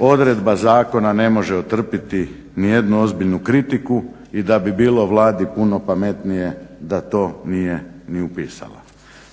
odredba zakona ne može otrpiti ni jednu ozbiljnu kritiku i da bi bilo Vladi puno pametnije da to nije ni upisala.